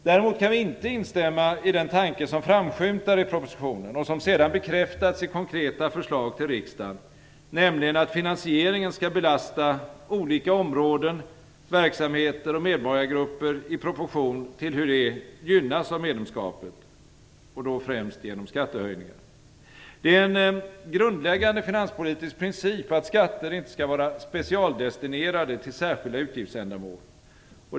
Däremot kan vi inte instämma i den tanke som framskymtar i propositionen, och som sedan bekräftats i konkreta förslag till riksdagen, nämligen att finansieringen skall belasta olika områden, verksamheter och medborgargrupper i proportion till hur de gynnas av medlemskapet, främst då genom skattehöjningar. Det är en grundläggande finanspolitisk princip att skatter inte skall vara specialdestinerade till särskilda utgiftsändamål.